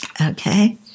okay